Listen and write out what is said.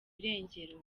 irengero